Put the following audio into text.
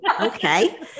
Okay